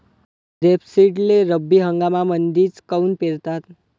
रेपसीडले रब्बी हंगामामंदीच काऊन पेरतात?